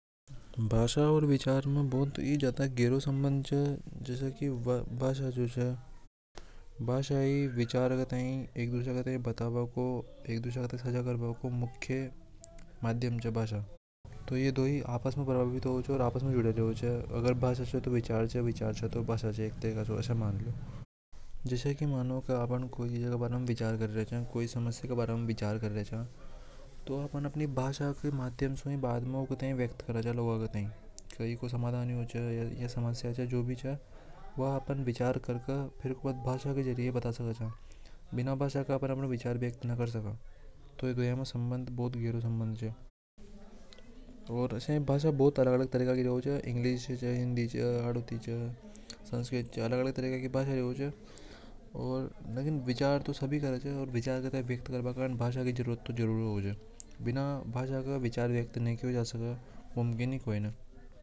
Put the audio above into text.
भाषा और विचार में बहुत ही ज्यादा गहरा सम्बन्ध च की भाषा जो च भाषा ही एक दूसरा ए बताना को एक मात्र माध्यम छठी ये दी। आपस में बराबर भी होवे छ अगर भाषा च तो विचार च विचार च तो भाषा चौकस मानो अपन की विचार दूसरा के साथ व्यक्त करना गंजे भाषा को प्रयोग करूंगा के इको समाधान यो छ जो भी च। वो अपन विचार करके बिना भाषा के अपन अपना विचार व्यक्त नि के सका तो या दिया में संबंध भूत गहरा हे और भाषा भूत अलग अलग तरह की रेवे च इंग्लिश हिंदी हाड़ौती संस्कृत च अलग अलग तरह की च लेकिन विचार तो एक। होवे विचार व्यक्त करना कंजे भाषा की जरूरत होवे छबीना भाषा के विचार व्यक्त न किया जा सके मुमकिन ही कोई न।